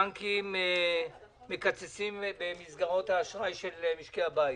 הבנקים מקצצים במסגרות האשראי של משקי הבית.